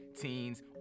teens